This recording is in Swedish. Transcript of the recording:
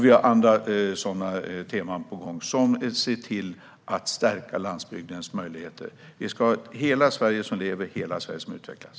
Vi har också andra teman på gång för att se till att stärka landsbygdens möjligheter. Hela Sverige ska leva, och hela Sverige ska utvecklas.